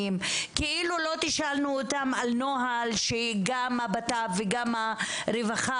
וכאילו לא תשאלנו אותם על נוהל שגם הבט"פ וגם הרווחה